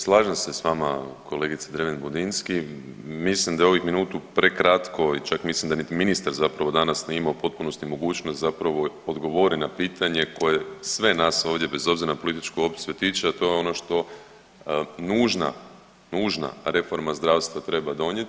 Slažem se s vama kolegice Dreven Budinski, mislim da je ovih minutu prekratko i čak mislim da niti ministar zapravo danas nije imao u potpunosti mogućnost zapravo odgovorit na pitanje koje sve nas ovdje bez obzira na političku opciju tiče, a to je ono što nužna, nužna reforma zdravstva treba donijeti.